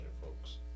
folks